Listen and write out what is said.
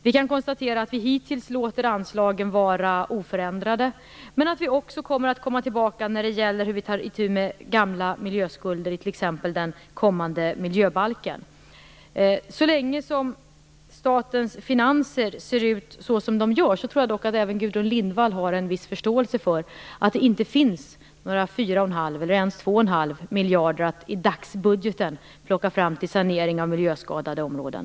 Man kan konstatera att vi hittills låter anslagen vara oförändrade, men att vi också kommer tillbaka när det gäller frågan om hur vi tar itu med gamla miljöskulder i t.ex. den kommande miljöbalken. Så länge statens finanser ser ut som de gör tror jag dock att även Gudrun Lindvall har en viss förståelse för att det i dagens budget inte finns någon fyra och en halv miljard, eller ens två och en halv miljard, att plocka fram till sanering av miljöskadade områden.